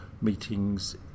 meetings